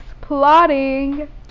plotting